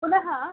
पुनः